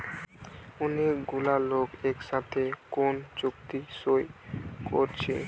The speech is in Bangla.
অনেক গুলা লোক একসাথে কোন চুক্তি সই কোরছে